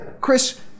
Chris